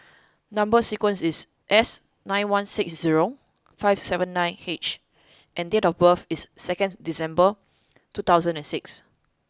number sequence is S eight one six zero five seven nine H and date of birth is second December two thousand and six